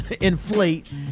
Inflate